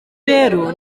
rero